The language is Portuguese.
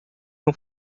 não